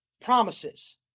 promises